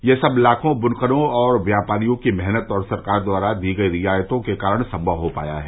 यह सब लाखों बुनकरों और व्यापारियों की मेहनत और सरकार द्वारा दी गयी रियायतों के कारण सम्मव हो पाया है